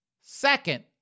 Second